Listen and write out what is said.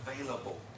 available